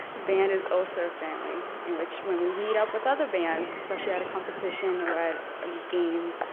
band is also family in which when we meet up with other bands especially at a competition or at um game,